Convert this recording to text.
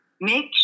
Make